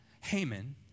Haman